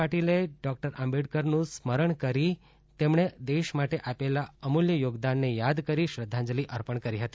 પાટીલે ડૉક્ટર આંબેડકરનું સ્મરણ કરી તેમણે દેશ માટે આપેલા અમૂલ્ય યોગદાનને યાદ કરી શ્રધ્ધાંજલી અર્ણણ કરી હતી